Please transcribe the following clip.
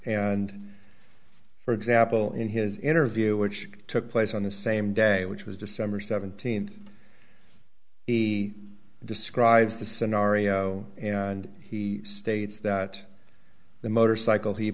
and for example in his interview which took place on the same day which was december th he describes the scenario and he states that the motorcycle he